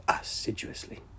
assiduously